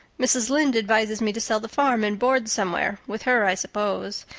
mrs. lynde advises me to sell the farm and board somewhere with her i suppose.